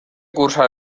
cursar